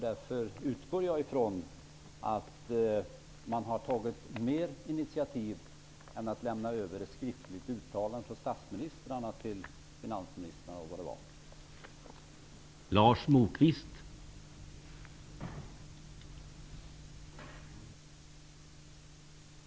Därför utgår jag från att man har tagit ytterligare initiativ utöver ett skriftligt uttalande från statsministrarna till finansministrarna och vad det nu var.